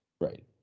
Right